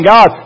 God